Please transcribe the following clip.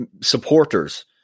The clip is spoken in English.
supporters